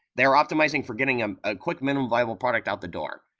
they're optimizing for getting um a quick, minimum, viable product out the door.